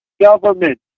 government